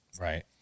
Right